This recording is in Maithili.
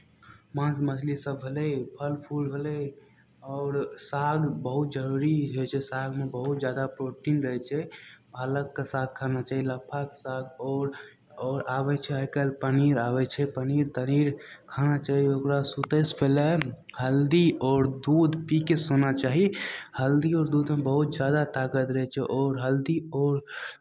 माँस मछलीसभ भेलै फल फूल भेलै आओर साग बहुत जरूरी होइ छै सागमे बहुत ज्यादा प्रोटीन रहै छै पालकके साग खाना चाहिए लफाके साग आओर आओर आबै छै आइ काल्हि पनीर आबै छै पनीर तनीर खाना चाहिए ओकरा सुतयसँ पहिले हल्दी आओर दूध पी कऽ सोना चाही हल्दी आओर दूधमे बहुत ज्यादा तागत रहै छै आओर हल्दी आओर